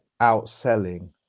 outselling